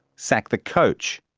sack the coach.